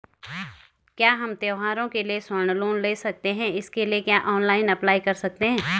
क्या हम त्यौहारों के लिए स्वर्ण लोन ले सकते हैं इसके लिए क्या ऑनलाइन अप्लाई कर सकते हैं?